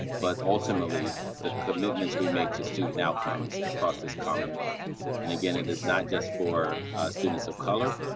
but ultimately the commitments we make to student outcomes across this commonwealth and again it is not just for students of color,